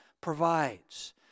provides